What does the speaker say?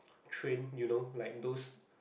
train you know like those